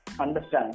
understand